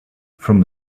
from